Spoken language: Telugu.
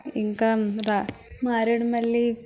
ఇంకా మారేడుమిల్లి